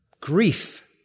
grief